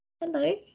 Hello